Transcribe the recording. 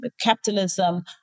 capitalism